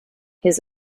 his